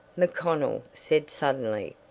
macconnell said suddenly,